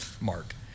Mark